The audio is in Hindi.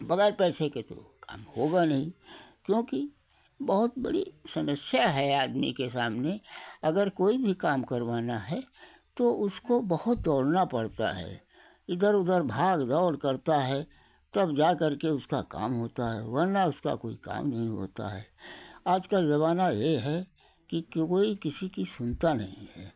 वगैर पैसे के तो काम होगा नहीं क्योंकि बहुत बड़ी समस्या है आदमी के सामने अगर कोई भी काम करवाना है तो उसको बहुत दौड़ना पड़ता है इधर उधर भाग दौड़ करता है तब जाकर के उसका काम होता है वरना उसका कोई काम नहीं होता है आज कल जमाना ये है कि कि कोई किसी की सुनता नहीं है